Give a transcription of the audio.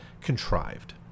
contrived